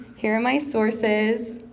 here are my sources.